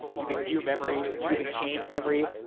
you can view memory. you can change memory.